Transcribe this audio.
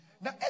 Now